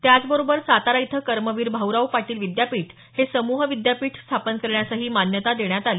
त्याचबरोबर सातारा इथं कर्मवीर भाऊराव पाटील विद्यापीठ हे समूह विद्यापीठ स्थापन करण्यासही मान्यता देण्यात आली